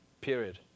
period